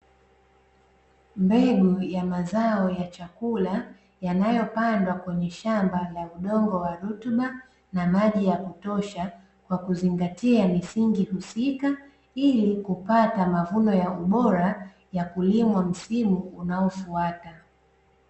Mbegu ya mazao ya chakula, yanayopandwa kwenye shamba la udongo wa rutuba na maji ya kutosha, kwa kuzingatia misingi husika ili kupata mavuno ya ubora ya kulimwa msimu unaofuata.